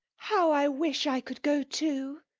how i wish i could go too!